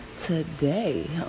today